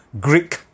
Greek